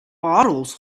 bottles